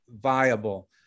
viable